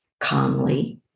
calmly